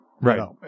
Right